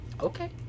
Okay